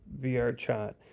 VRChat